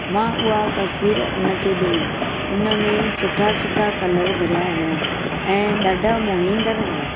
मां उहा तस्वीर हुन खे ॾिनी हुन में सुठा सुठा कलर भरिया हुया ऐं ॾाढा मोहींदड़ हुया